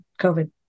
COVID